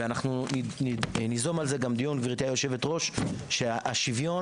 ניזום דיון בנושא,